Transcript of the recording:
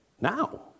now